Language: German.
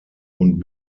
und